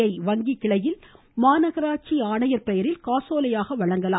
ஐ வங்கி கிளையில் மாநகராட்சி ஆணையர் பெயரில் காசோலையாக வழங்கலாம்